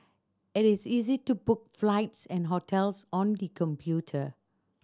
it is easy to book flights and hotels on the computer